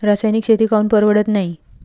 रासायनिक शेती काऊन परवडत नाई?